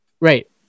Right